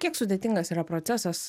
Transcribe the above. kiek sudėtingas yra procesas